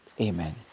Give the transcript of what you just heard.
amen